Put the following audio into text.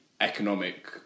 economic